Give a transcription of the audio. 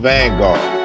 Vanguard